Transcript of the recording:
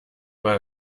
mal